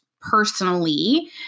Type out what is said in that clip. personally